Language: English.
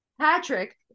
Patrick